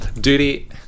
Duty